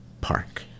park